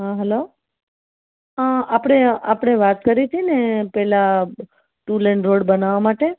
હં હાલો આપણે આપણે વાત કરી હતી ને પેલા ટુ લેન રોડ બનાવવા માટે